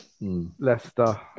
Leicester